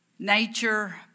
nature